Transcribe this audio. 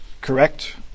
correct